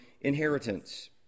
inheritance